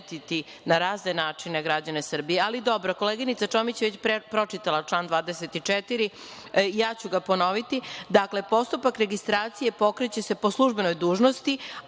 na razne načine građane Srbije, ali dobro. Koleginica Čomić je već pročitala član 24. Ja ću ga ponoviti. Dakle, postupak registracije pokreće se po službenoj dužnosti